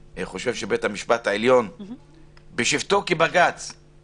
אבל אני חושב שבית המשפט העליון בשבתו כבג"ץ כן